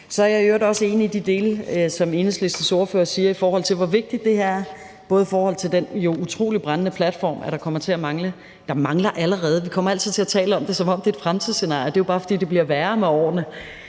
Så er jeg i øvrigt også enig i forhold til de dele, som Enhedslistens ordfører taler om, med hensyn til hvor vigtigt det her er i forhold til den jo utrolig brændende platform, at der kommer til at mangle faglært arbejdskraft. Der mangler allerede. Vi kommer altid til at tale om det, som om det er fremtidsscenarier, og det er jo bare, fordi det bliver værre med årene.